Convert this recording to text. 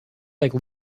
like